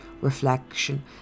reflection